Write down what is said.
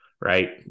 Right